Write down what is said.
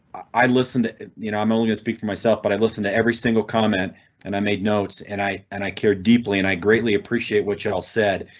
i listen to it. you know um ah you speak for myself, but i listen to every single comment and i made notes and i and i care deeply and i greatly appreciate what you all said.